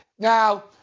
Now